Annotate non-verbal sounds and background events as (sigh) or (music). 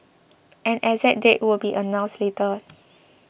an exact date will be announced later (noise)